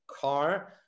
car